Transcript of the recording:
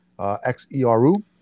X-E-R-U